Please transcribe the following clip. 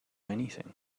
anything